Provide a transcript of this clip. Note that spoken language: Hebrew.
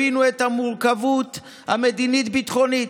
הבינו את המורכבות המדינית-ביטחונית,